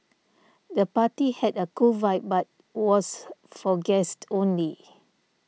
the party had a cool vibe but was for guests only